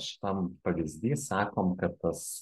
šitam pavyzdy sakom kad tas